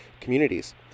communities